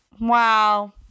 wow